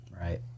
right